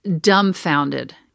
dumbfounded